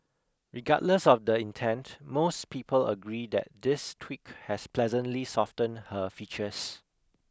regardless of the intent most people agree that this tweak has pleasantly softened her features